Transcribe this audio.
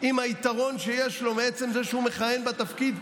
עם היתרון שיש לו מעצם זה שהוא מכהן בתפקיד,